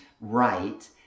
right